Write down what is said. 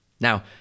Now